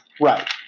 Right